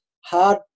hard